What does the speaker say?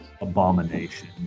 abomination